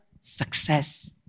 success